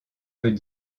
veut